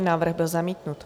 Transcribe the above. Návrh byl zamítnut.